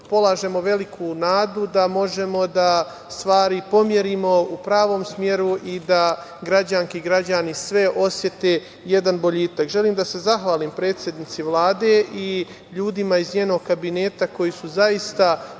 veliku nadu da možemo da ove stvari pomerimo u pravom smeru i da građanke i građani sve osete jedan boljitak. Želim da se zahvalim predsednici Vlade i ljudima iz njenog kabineta koji su zaista